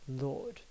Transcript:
Lord